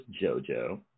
JoJo